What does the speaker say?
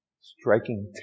Striking